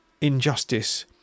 injustice